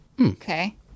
okay